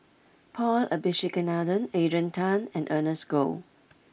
Paul Abisheganaden Adrian Tan and Ernest Goh